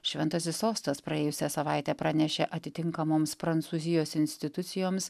šventasis sostas praėjusią savaitę pranešė atitinkamoms prancūzijos institucijoms